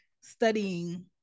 studying